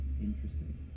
Interesting